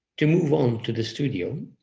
to move on to the studio,